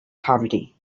poverty